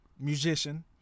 musician